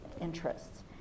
interests